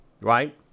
right